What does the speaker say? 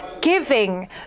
Giving